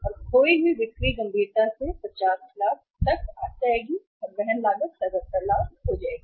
और खोई हुई बिक्री गंभीरता से 50 लाख तक आ जाएगी और वहन लागत 77 लाख हो जाएगी